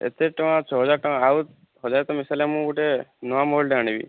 ଏତେ ଟଙ୍କା ଛଅ ହଜାର ଟଙ୍କା ଆଉ ହଜାର ତ ମିଶାଇଲେ ମୁଁ ଗୋଟେ ନୂଆ ମୋବାଇଲ ଟେ ଆଣିବି